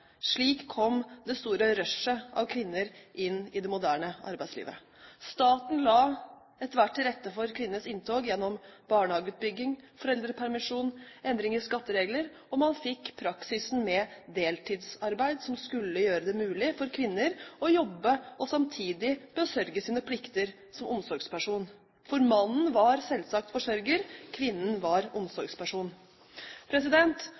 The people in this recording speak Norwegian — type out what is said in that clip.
Slik kom det store rushet av kvinner inn i det moderne arbeidslivet. Staten la etter hvert til rette for kvinnenes inntog gjennom barnehageutbygging, foreldrepermisjon, endring i skatteregler, og man fikk praksisen med deltidsarbeid som skulle gjøre det mulig for kvinner å jobbe og samtidig besørge sine plikter som omsorgsperson. For mannen var selvsagt forsørger, kvinnen var